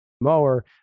mower